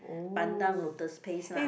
pandan lotus paste lah